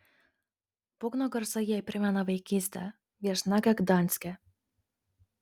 būgno garsai jai primena vaikystę viešnagę gdanske